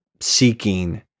seeking